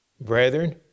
brethren